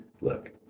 look